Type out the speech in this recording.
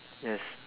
yes